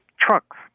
trucks